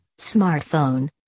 smartphone